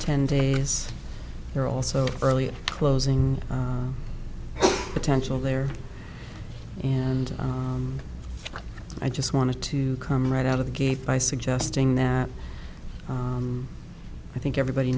ten days there are also early closing potential there and i just wanted to come right out of the gate by suggesting that i think everybody